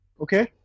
Okay